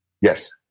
Yes